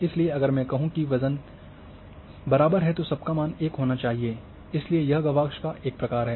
इसलिए अगर मैं कहूं कि वजन बराबर है तो सबका मान 1 होना चाहिए इसलिए यह गवाक्ष का एक प्रकार है